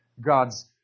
God's